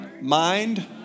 mind